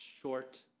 short